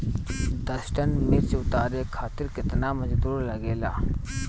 दस टन मिर्च उतारे खातीर केतना मजदुर लागेला?